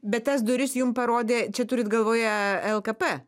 bet tas duris jums parodė čia turit galvoje lkp